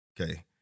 okay